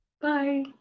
Bye